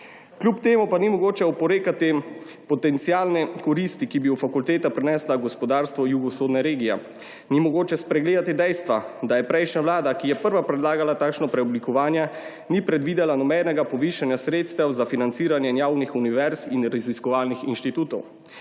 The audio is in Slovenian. Kljub temu pa ni mogoče oporekati potencialne koristi, ki bi jo fakulteta prinesla gospodarstvu jugovzhodne regije. Ni mogoče spregledati dejstva, da je prejšnja vlada, ki je prva predlagala takšno preoblikovanje, ni predvidela nobenega povišanja sredstev za financiranje javnih univerz in raziskovalnih inštitutov.